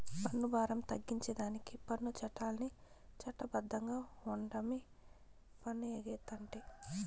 పన్ను బారం తగ్గించేదానికి పన్ను చట్టాల్ని చట్ట బద్ధంగా ఓండమే పన్ను ఎగేతంటే